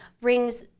brings